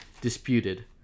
disputed